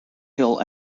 hill